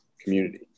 community